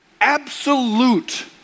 absolute